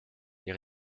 les